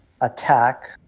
attack